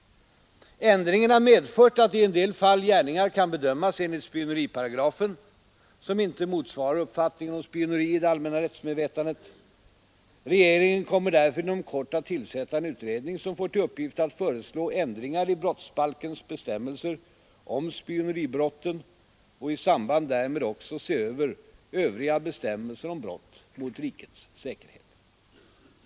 Ändringen har medfört att i en del fall gärningar kan bedömas enligt spioneriparagrafen som inte motsvarar uppfattningen om spioneri i det allmänna rättsmedvetandet. Regeringen kommer därför inom kort att tillsätta en utredning, som får till uppgift att föreslå ändringar i brottsbalkens bestämmelser om spioneribrotten och i samband därmed också se över övriga bestämmelser om brott mot rikets säkerhet.